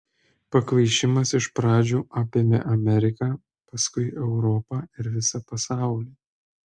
pakvaišimas iš pradžių apėmė ameriką paskui europą ir visą pasaulį